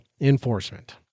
enforcement